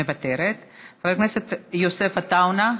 מוותרת, חבר הכנסת יוסף עטאונה,